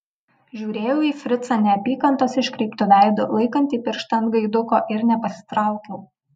žiūrėjau į fricą neapykantos iškreiptu veidu laikantį pirštą ant gaiduko ir nepasitraukiau